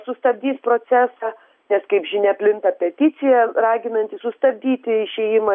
sustabdys procesą nes kaip žinia plinta peticija raginanti sustabdyti išėjimą